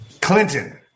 Clinton